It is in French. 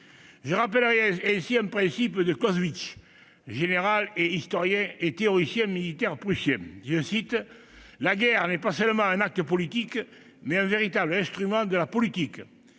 Je rappellerai ainsi un principe formulé par le général et théoricien militaire prussien Clausewitz :« La guerre n'est pas seulement un acte politique, mais un véritable instrument de la politique,